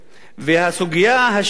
הסוגיה השנייה,